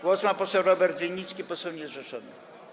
Głos ma poseł Robert Winnicki, poseł niezrzeszony.